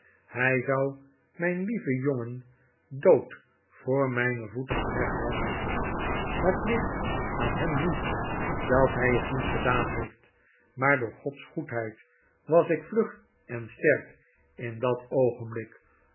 hy zou myn lieven jongen dood voor mijne voeten gelegd hebben het ligt aan hem niet dat hy het niet gedaan heeft maar door gods goedheid was ik vlug en sterk in dat oogenblik